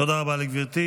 תודה רבה לגברתי.